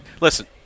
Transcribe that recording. listen